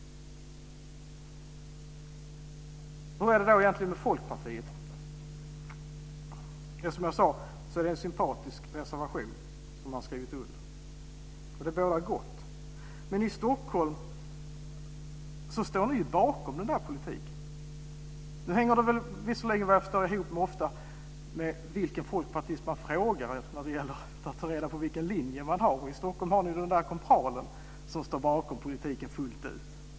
Hur är det egentligen med Folkpartiet? Det är en sympatisk reservation Folkpartiet har skrivit under. Den bådar gott. Men i Stockholm står ni bakom politiken. Nu förstår jag att detta ofta hänger ihop med vilken folkpartist man frågar för att ta reda på vilken linje partiet har. I Stockholm har ni den där korpralen som står bakom politiken fullt ut.